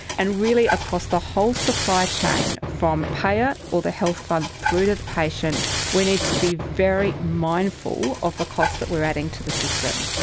and really across the whole supply chain from payer, or the health fund, through to the patient we need to be very mindful of the cost that we're adding to the system.